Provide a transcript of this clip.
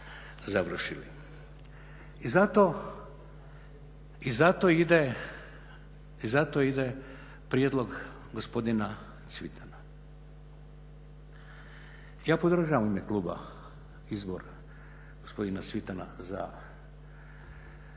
I zato ide prijedlog gospodina Cvitana. Ja podržavam u ime kluba izbor gospodina Cvitana za